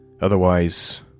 Otherwise